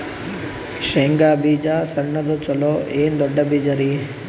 ಶೇಂಗಾ ಬೀಜ ಸಣ್ಣದು ಚಲೋ ಏನ್ ದೊಡ್ಡ ಬೀಜರಿ?